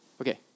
okay